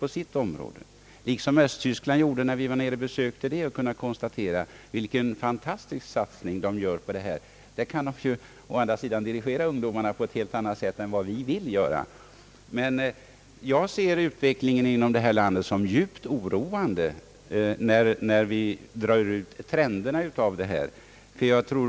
När vi var nere i Östtyskland kunde vi konstatera vilken fantastisk satsning man där gör. Där kan man emellertid dirigera ungdomarna på ett annat sätt än vi vill. Jag ser utvecklingen här i landet som djupt oroande.